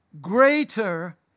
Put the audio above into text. greater